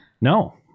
No